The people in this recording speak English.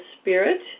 spirit